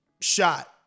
shot